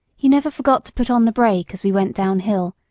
he never forgot to put on the brake as we went downhill,